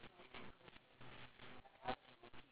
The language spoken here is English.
oh okay okay lol